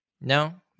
No